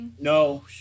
No